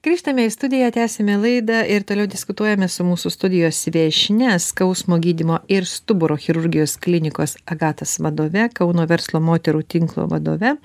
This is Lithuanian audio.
grįžtame į studiją tęsime laidą ir toliau diskutuojame su mūsų studijos viešnia skausmo gydymo ir stuburo chirurgijos klinikos agatas vadove kauno verslo moterų tinklo vadove